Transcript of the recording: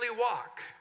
walk